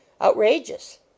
Outrageous